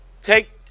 Take